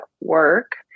work